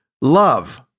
love